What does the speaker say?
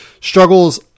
struggles